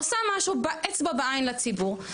עושה משהו שהוא אצבע בעין לציבור,